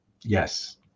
Yes